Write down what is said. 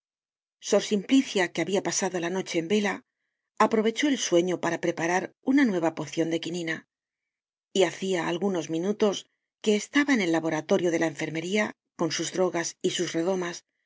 sor simplicia que habia pasado la noche en vela aprovechó aquel sueño para preparar una nueva pocion de quinina y hacia algunos minutos que estaba en el laboratorio de la enfermería con sus drogas y sus redomas